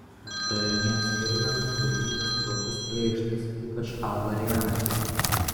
aptariamiems kirviams būdingas platus pleištas ypač a variantas